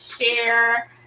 share